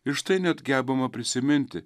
ir štai net gebama prisiminti